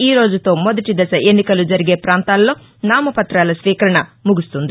ఈరోజుతో మొదటి దశ ఎన్నికలు జరిగే పాంతాల్లో నామ పుతాల స్వీకరణ ముగుస్తుంది